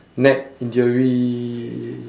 neck injury